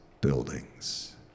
buildings